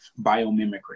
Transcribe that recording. biomimicry